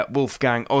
Wolfgang